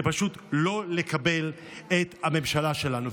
זה פשוט לא לקבל את הממשלה שלנו.